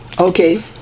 Okay